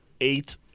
eight